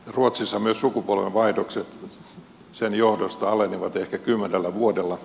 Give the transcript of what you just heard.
ruotsissa myös sukupolvenvaihdokset sen johdosta alenivat ehkä kymmenellä vuodella